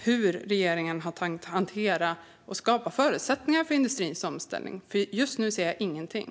Hur har regeringen tänkt hantera och skapa förutsättningar för industrins omställning? Just nu ser jag ingenting.